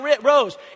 rose